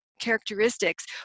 characteristics